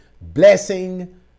Blessing